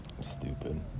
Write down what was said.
Stupid